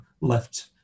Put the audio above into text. left